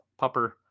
pupper